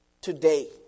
today